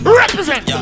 represent